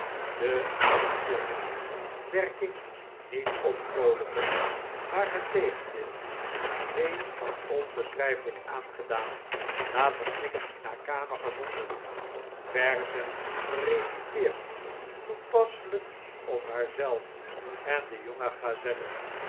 avondklokken werking niet opvroolijkend maar net tegendeel d onbeschrijfelijk aangedaan later snikkend in haar kamer gevonden verzen gereciteerd toepasselijk op haar zelf en de jonge gazelle